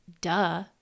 duh